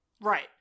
Right